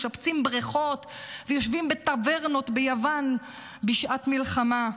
משפצים בריכות ויושבים בטברנות ביוון בשעת מלחמה.